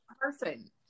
person